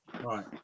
Right